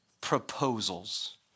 proposals